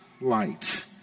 light